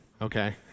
Okay